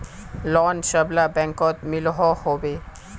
Loan सबला बैंकोत मिलोहो होबे?